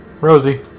Rosie